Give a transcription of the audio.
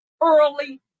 early